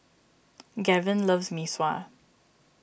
Gavyn loves Mee Sua